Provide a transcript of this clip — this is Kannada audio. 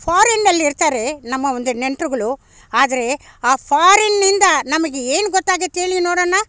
ಫಾರಿನಲ್ಲಿರ್ತಾರೆ ನಮ್ಮ ಒಂದು ನೆಂಟ್ರುಗಳು ಆದರೆ ಆ ಫಾರಿನ್ನಿಂದ ನಮಗೆ ಏನು ಗೊತ್ತಾಗುತ್ತೆ ಹೇಳಿ ನೋಡೋಣ